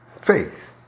faith